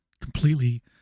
completely